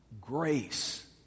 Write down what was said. grace